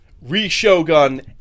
Re-Shogun